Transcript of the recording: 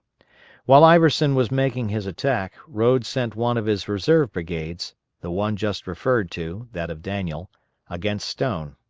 while iverson was making his attack, rodes sent one of his reserve brigades the one just referred to, that of daniel against stone.